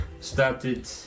started